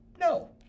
no